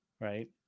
right